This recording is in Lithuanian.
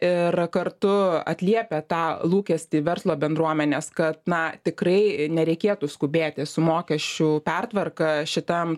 ir kartu atliepia tą lūkestį verslo bendruomenės kad na tikrai nereikėtų skubėti su mokesčių pertvarka šitam